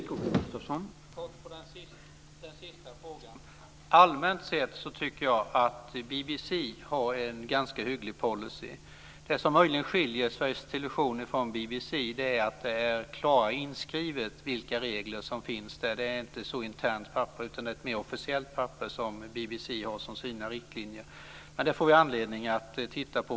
Herr talman! När det gäller den sista frågan tycker jag allmänt sett att BBC har en ganska hygglig policy. Det som möjligen skiljer Sveriges Television från BBC är att det är klarare inskrivet vilka regler som finns. Det är inte ett internt papper utan ett mer officiellt papper som BBC har som sina riktlinjer. Men det får vi anledning att titta på.